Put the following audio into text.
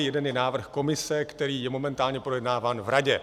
Jeden je návrh Komise, který je momentálně projednáván v Radě.